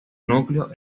núcleo